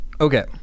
Okay